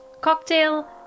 cocktail